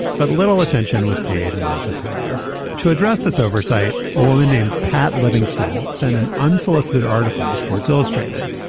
but little attention was paid. martha tyrer to address this oversight. a woman named pat livingston sent an unsolicited article to sports illustrated.